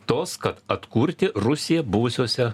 tos kad atkurti rusiją buvusiose